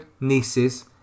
nieces